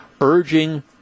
urging